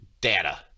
data